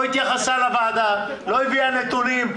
לא התייחסה לוועדה, לא הביאה נתונים.